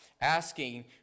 asking